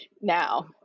now